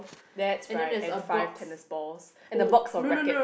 that's right and five tennis balls and a box of racket